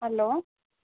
hello